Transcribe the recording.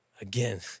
Again